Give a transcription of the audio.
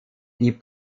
die